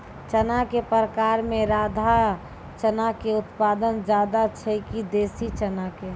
चना के प्रकार मे राधा चना के उत्पादन ज्यादा छै कि देसी चना के?